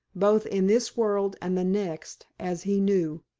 both in this world and the next, as he knew.